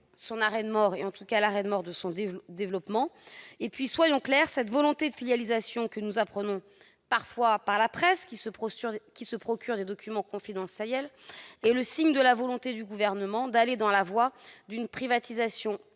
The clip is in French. du fret signerait l'arrêt de mort de son développement. Soyons clairs, cette volonté de filialisation, que nous apprenons parfois par la presse lorsque celle-ci se procure des documents confidentiels, est le signe de la volonté du Gouvernement de s'engager dans la voie d'une privatisation